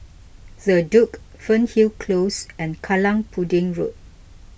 the Duke Fernhill Close and Kallang Pudding Road